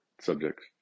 subjects